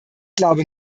glaube